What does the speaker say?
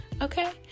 Okay